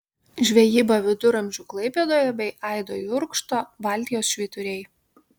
žvejyba viduramžių klaipėdoje bei aido jurkšto baltijos švyturiai